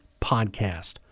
podcast